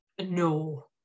no